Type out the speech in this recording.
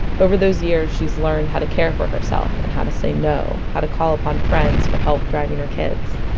over those years she's learned how to care for herself, and how to say no. how to call upon her friends for help driving her kids